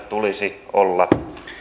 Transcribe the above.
tulisi olla